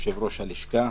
יושב-ראש הלשכה,